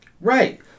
Right